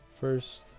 first